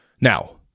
Now